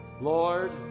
Lord